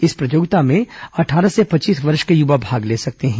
इस प्रतियोगिता में अट्ठारह से पच्चीस वर्ष के युवा भाग ले सकते हैं